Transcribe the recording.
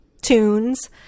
Tunes